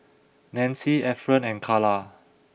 Nancie Efren and Kala